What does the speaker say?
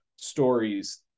stories